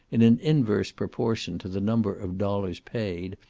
in an inverse proportion to the number of dollars paid,